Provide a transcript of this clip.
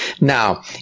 Now